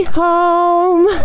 home